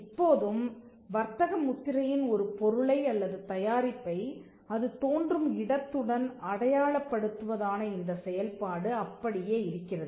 இப்போதும் வர்த்தக முத்திரையின் ஒரு பொருளை அல்லது தயாரிப்பை அது தோன்றும் இடத்துடன் அடையாளப்படுத்துவதான இந்தச் செயல்பாடு அப்படியே இருக்கிறது